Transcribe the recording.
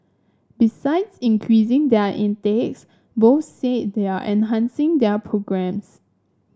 besides increasing their intakes both said they are enhancing their programmes